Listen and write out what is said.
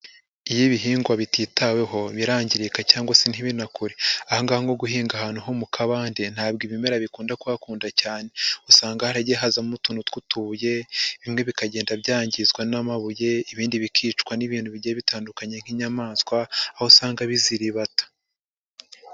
Iyo ibihingwa bititaweho birangirika, cyangwa se ntibinakure, aha ngaha nko guhinga ahantu ho mu kabande, ntabwo ibimera bikunda kuhakunda cyane, usanga haragiye hazamo utuntu tumeze nk'utuye, bimwe bikagenda byangizwa n'amabuye, ibindi bikicwa n'ibintu bigiye bitandukanye, nk'inyamaswa aho usanga biziribata.